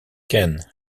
ken